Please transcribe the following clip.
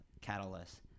Catalyst